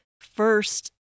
first